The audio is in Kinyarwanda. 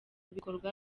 bikorwa